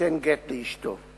שייתן גט לאשתו.